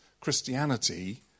Christianity